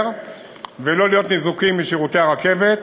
ולא להיות ניזוקים משירותי הרכבת.